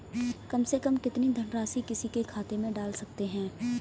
कम से कम कितनी धनराशि किसी के खाते में डाल सकते हैं?